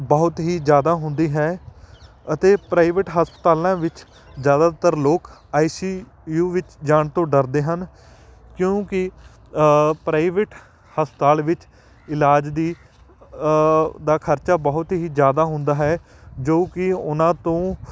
ਬਹੁਤ ਹੀ ਜ਼ਿਆਦਾ ਹੁੰਦੀ ਹੈ ਅਤੇ ਪ੍ਰਾਈਵੇਟ ਹਸਪਤਾਲਾਂ ਵਿੱਚ ਜ਼ਿਆਦਾਤਰ ਲੋਕ ਆਈ ਸੀ ਯੂ ਵਿੱਚ ਜਾਣ ਤੋਂ ਡਰਦੇ ਹਨ ਕਿਉਂਕਿ ਪ੍ਰਾਈਵੇਟ ਹਸਪਤਾਲ ਵਿੱਚ ਇਲਾਜ ਦੀ ਦਾ ਖਰਚਾ ਬਹੁਤ ਹੀ ਜ਼ਿਆਦਾ ਹੁੰਦਾ ਹੈ ਜੋ ਕਿ ਉਹਨਾਂ ਤੋਂ